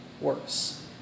worse